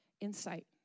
insight